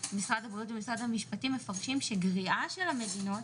משרד הבריאות ומשרד המשפטים מבקשים שגריעה של המדינות,